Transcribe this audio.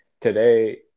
today